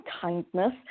kindness